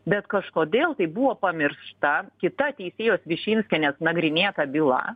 bet kažkodėl tai buvo pamiršta kita teisėjos višinskienės nagrinėta byla